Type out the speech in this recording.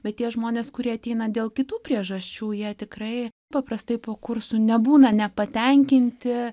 bet tie žmonės kurie ateina dėl kitų priežasčių jie tikrai paprastai po kursų nebūna nepatenkinti